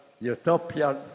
utopian